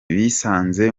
bisanze